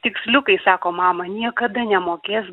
tiksliukai sako mama niekada nemokės